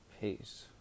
Peace